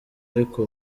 ariko